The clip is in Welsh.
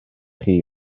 chi